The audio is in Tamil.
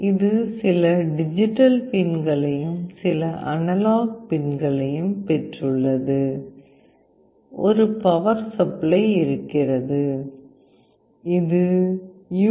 இது சில டிஜிட்டல் பின்களையும் சில அனலாக் பின்களையும் பெற்றுள்ளது ஒரு பவர் சப்ளை இருக்கிறது இது யூ